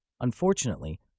Unfortunately